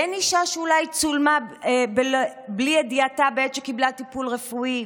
אין אישה שאולי צולמה בלי ידיעתה בעת שקיבלה טיפול רפואי?